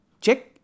check